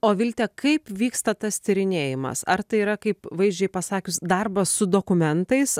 o vilte kaip vyksta tas tyrinėjimas ar tai yra kaip vaizdžiai pasakius darbas su dokumentais